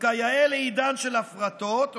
וכיאה לעידן של הפרטות,